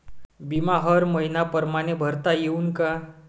बिमा हर मइन्या परमाने भरता येऊन का?